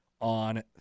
on